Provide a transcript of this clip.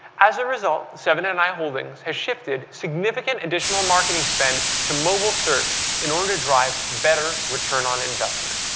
as a result, seven and i holdings has shifted significant additional marketing spend to mobile search in order to drive better return on investment.